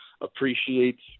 appreciates